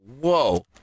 whoa